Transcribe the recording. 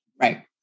Right